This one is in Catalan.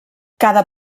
cada